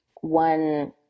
one